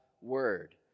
word